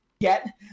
get